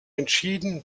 entschieden